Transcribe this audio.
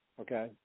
okay